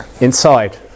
Inside